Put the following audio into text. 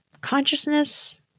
consciousness